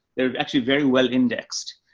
they're actually very well indexed.